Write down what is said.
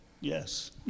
Yes